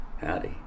Howdy